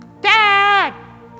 Dad